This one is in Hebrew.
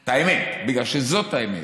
את האמת, בגלל שזאת האמת.